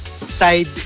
side